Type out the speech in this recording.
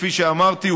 כפי שאמרתי,